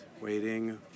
waiting